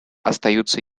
остаются